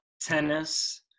tennis